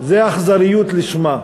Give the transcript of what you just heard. זו אכזריות לשמה.